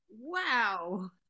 Wow